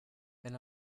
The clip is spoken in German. wenn